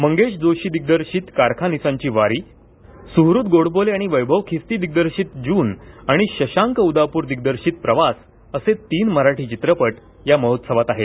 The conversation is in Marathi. मंगेश जोशी दिग्दर्शित कारखानिसांची वारी सुहृद गोडबोले आणि वैभव खिस्ती दिग्दर्शित जून आणि शशांक उदापूरकर दिग्दर्शित प्रवास असे तीन मराठी चित्रपट या महोत्सवात आहेत